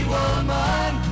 Woman